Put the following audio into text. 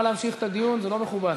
אדריכליים, של איך צריכה חיפה להיראות.